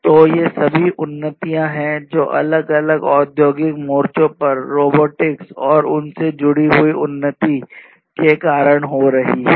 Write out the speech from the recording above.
तो ये सभी उन्नतिया हैं जो अलग अलग औद्योगिक मोर्चों पर रोबोटिक्स और उनसे जुड़ी हुई उन्नति के कारण हो रही है